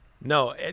No